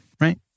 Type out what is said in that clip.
right